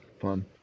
Fun